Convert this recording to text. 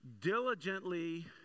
diligently